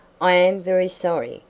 i am very sorry,